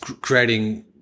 creating